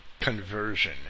conversion